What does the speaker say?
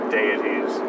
deities